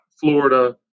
Florida